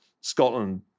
Scotland